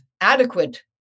adequate